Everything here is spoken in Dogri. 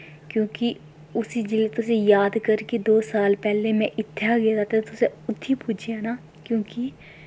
क्योंकि उसी जेल्लै तुस जाद करगे दो साल पैह्लें में इत्थें हा गेदा ते तुसें उत्थैं पुज्जी जाना क्योंकि